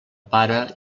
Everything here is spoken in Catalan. pare